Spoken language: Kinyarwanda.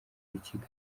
rukiko